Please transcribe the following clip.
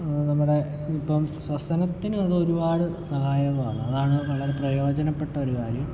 നമ്മുടെ ഇപ്പം ശ്വസനത്തിനുള്ള ഒരുപാട് സഹായങ്ങളാണ് അതാണ് വളരെ പ്രയോജനപ്പെട്ട ഒരു കാര്യം